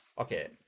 okay